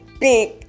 big